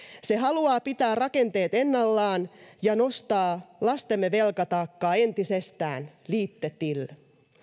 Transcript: se haluaa pitää rakenteet ennallaan ja nostaa lastemme velkataakkaa entisestään lite till